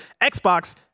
xbox